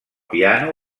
piano